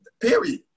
Period